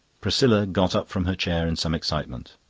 priscilla got up from her chair in some excitement.